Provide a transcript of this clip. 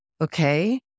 Okay